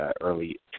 early